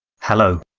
hello.